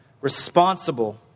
responsible